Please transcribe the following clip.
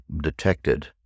detected